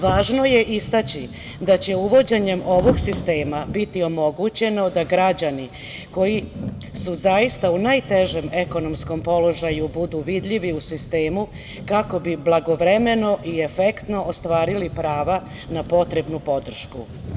Važno je istaći da će uvođenjem ovog sistema biti omogućeno da građani koji su zaista u najtežem ekonomskom položaju budu vidljivi u sistemu kako bi blagovremeno i efektno ostvarili prava na potrebnu podršku.